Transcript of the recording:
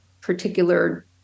particular